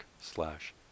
slash